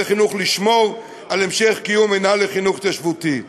החינוך לשמור על המשך קיום מינהל לחינוך התיישבותי.